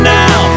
now